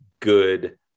good